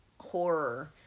horror